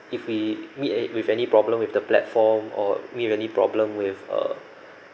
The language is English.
if we meet with any problem with the platform or meet with any problem with uh